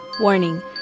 Warning